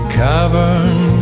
cavern